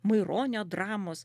maironio dramos